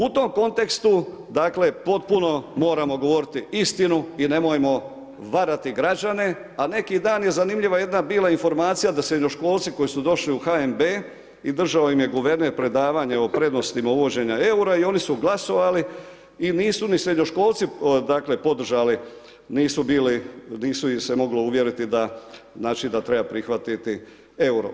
U tom kontekstu dakle, potpuno moramo govoriti istinu i nemojmo varati građane, a neki dan je zanimljiva jedna bila informacija, da srednjoškolci koji su došli u HNB i držao im je guverner predavanja o prednostima uvođenja eura i oni su glasovali i nisu srednjoškolci podržali, nisu ih se moglo uvjeriti da treba prihvatiti eura.